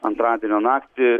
antradienio naktį